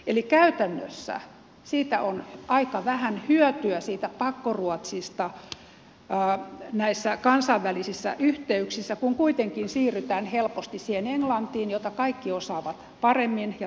eli käytännössä siitä pakkoruotsista on aika vähän hyötyä näissä kansainvälisissä yhteyksissä kun kuitenkin siirrytään helposti siihen englantiin jota kaikki osaavat paremmin ja tasapuolisemmin